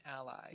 ally